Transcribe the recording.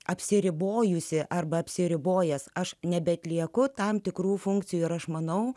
apsiribojusi arba apsiribojantis aš nebeatlieku tam tikrų funkcijų ir aš manau